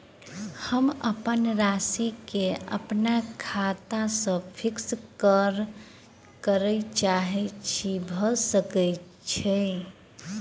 हम अप्पन राशि केँ अप्पन खाता सँ फिक्स करऽ चाहै छी भऽ सकै छै?